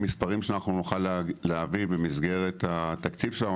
המספרים שנוכל להביא במסגרת התקציב שלנו,